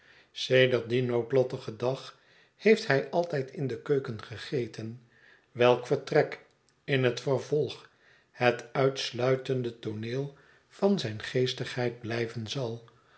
sedert dien noodlottigen dag heeft hij altijd in de keuken gegeten welk vertrek in het vervolg het uitsluitende tooneel van zijn geestigheid blijven zal